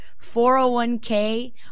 401k